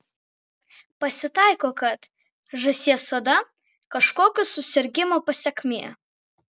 pasitaiko kad žąsies oda kažkokio susirgimo pasekmė